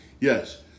Yes